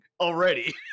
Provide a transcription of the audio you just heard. already